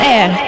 Air